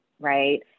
right